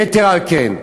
יתר על כן,